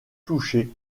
touchées